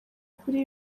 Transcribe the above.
kuri